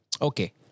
Okay